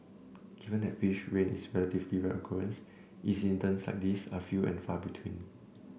given that fish rain is a relatively rare occurrence incidents like these are few and far between